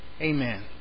Amen